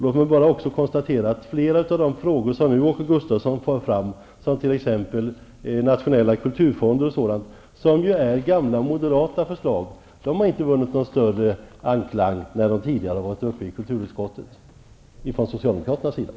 Låt mig också konstatera att flera av de frågor som Åke Gustavsson förde fram -- t.ex. frågan om en nationell kulturfond, som är ett gammalt moderat förslag -- aldrig vann någon större anklang från socialdemokraterna tidigare när de behandlades i kulturutskottet.